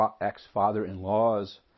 ex-father-in-law's